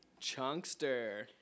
chunkster